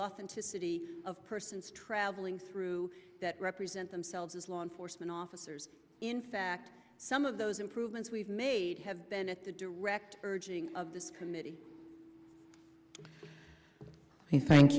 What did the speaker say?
authenticity of persons traveling through that represent themselves as law enforcement officers in fact some of those improvements we've made have been at the direct urging of this committee thank